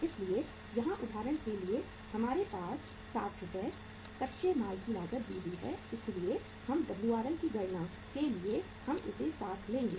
इसलिए यहाँ उदाहरण के लिए हमारे पास 60 रु कच्चे माल की लागत दी हुई है इसलिए हम WRM की गणना के लिए हम इसे 60 लेंगे